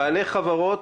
בעלי חברות,